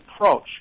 approach